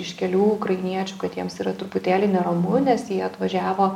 iš kelių ukrainiečių kad jiems yra truputėlį neramu nes jie atvažiavo